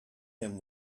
him